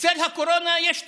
בצל הקורונה יש תופעות.